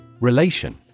Relation